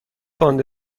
باند